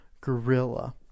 gorilla